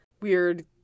weird